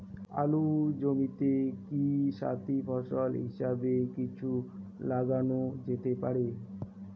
আলুর জমিতে কি সাথি ফসল হিসাবে কিছু লাগানো যেতে পারে?